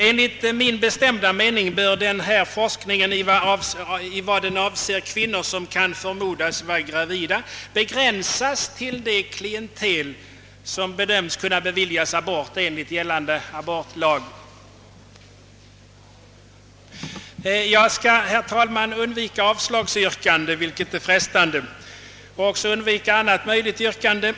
Enligt min bestämda mening bör denna forskning — i vad den avser kvinnor som kan förmodas vara gravida — begränsas till det klientel som bedöms kunna beviljas abort enligt gällande abortlag. Jag skall, herr talman, undvika avslagsyrkande, ehuru det är frestande att ställa ett sådant, och jag skall undvika annat möjligt yrkande.